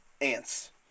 Ants